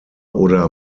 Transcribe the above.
oder